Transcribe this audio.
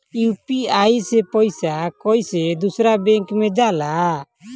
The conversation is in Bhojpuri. यू.पी.आई से पैसा कैसे दूसरा बैंक मे जाला?